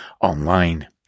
online